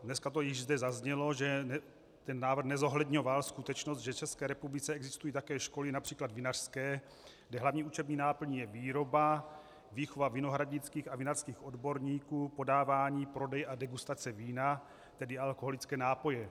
Dneska to již zde zaznělo, že ten návrh nezohledňoval skutečnost, že v České republice existují také školy například vinařské, kde hlavní učební náplní je výroba, výchova vinohradnických a vinařských odborníků, podávání, prodej a degustace vína, tedy alkoholické nápoje.